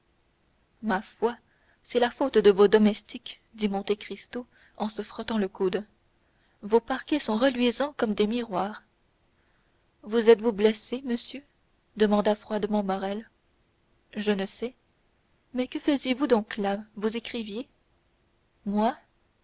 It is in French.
ma foi c'est la faute de vos domestiques dit monte cristo en se frottant le coude vos parquets sont reluisants comme des miroirs vous êtes-vous blessé monsieur demanda froidement morrel je ne sais mais que faisiez-vous donc là vous écriviez moi